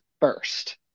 first